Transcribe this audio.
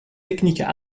techniques